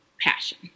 passion